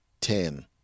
ten